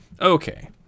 Okay